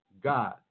God